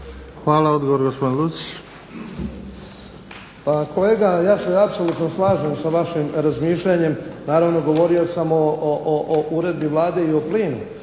Franjo (HDZ)** Pa kolega ja se apsolutno slažem sa vašim razmišljanjem, naravno govorio sam o uredbi Vlade i plinu,